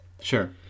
sure